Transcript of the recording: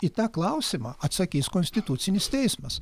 į tą klausimą atsakys konstitucinis teismas